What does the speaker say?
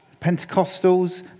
Pentecostals